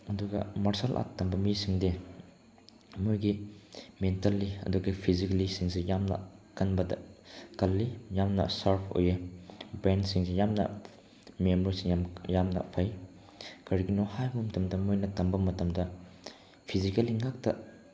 ꯑꯗꯨꯒ martial art ꯇꯝꯕ ꯃꯤꯁꯤꯡꯗꯤ ꯃꯣꯏꯒꯤ ꯃꯦꯟꯇꯦꯜꯂꯤ ꯑꯗꯨꯒ ꯐꯤꯖꯤꯂꯤꯁꯤꯡꯁꯤ ꯌꯥꯝꯅ ꯀꯜꯂꯤ ꯌꯥꯝꯅ ꯁꯥꯔꯞ ꯑꯣꯏ ꯕ꯭ꯔꯦꯟꯁꯤꯡꯁꯤ ꯌꯥꯝꯅ ꯃꯦꯝꯣꯔꯤꯁꯦ ꯌꯥꯝꯅ ꯌꯥꯝꯅ ꯐꯩ ꯀꯔꯤꯒꯤꯅꯣ ꯍꯥꯏꯕ ꯃꯇꯝꯗ ꯃꯣꯏꯅ ꯇꯝꯕ ꯃꯇꯝꯗ ꯐꯤꯖꯤꯀꯦꯜꯂꯤ ꯉꯥꯛꯇ